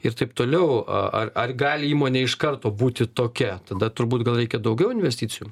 ir taip toliau ar ar gali įmonė iš karto būti tokia tada turbūt gal reikia daugiau investicijų